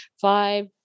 five